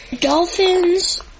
Dolphins